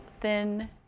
thin